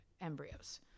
embryos